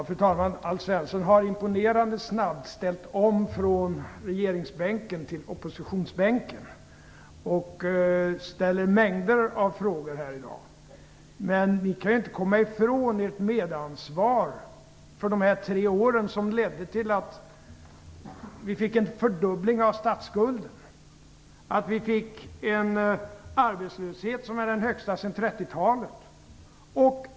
Fru talman! Alf Svensson har imponerande snabbt ställt om från regeringsbänken till oppositionsbänken. Han ställer mängder av frågor här i dag. Men ni kristdemokrater kan ju inte komma ifrån ert medansvar för de tre år som ledde till att Sverige fick en fördubbling av statsskulden och att Sverige fick en arbetslöshet som är den högsta sedan 30-talet.